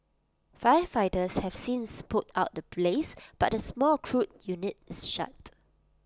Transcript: firefighters have since put out the blaze but the small crude unit is shut